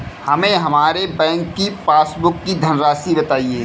हमें हमारे बैंक की पासबुक की धन राशि बताइए